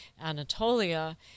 Anatolia